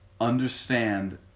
understand